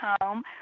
home